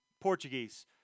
Portuguese